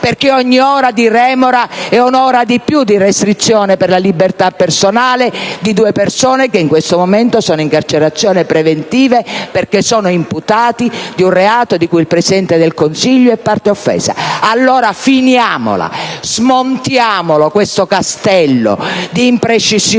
perché ogni ora di remora è un'ora in più di restrizione per la libertà personale di due persone che in questo momento sono in carcerazione preventiva in quanto imputati di un reato di cui il Presidente del Consiglio è parte offesa. Allora finiamolo, smontiamolo questo castello di imprecisioni,